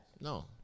No